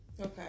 okay